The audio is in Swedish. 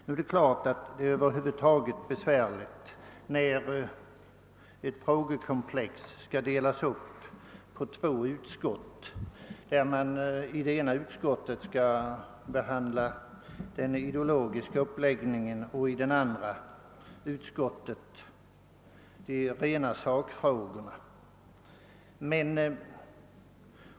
Det är klart att det över huvud taget är besvärligt när ett frågekomplex skall delas upp på två utskott, där det ena utskottet skall behandla den ideologiska uppläggningen och det andra utskottet de rena sakfrågorna.